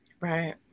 Right